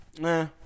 Nah